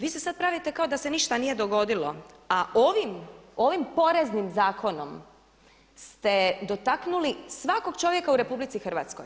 Vi se sad pravite kao da se ništa nije dogodilo, a ovim poreznim zakonom ste dotaknuli svakog čovjeka u RH.